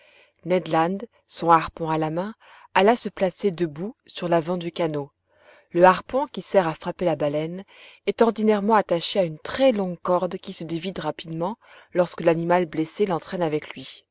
ned land son harpon à la main alla se placer debout sur l'avant du canot le harpon qui sert à frapper la baleine est ordinairement attaché à une très longue corde qui se dévide rapidement lorsque l'animal blessé l'entraîne avec lui